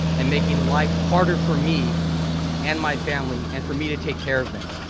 and making life harder for me and my family and for me to take care of them.